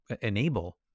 enable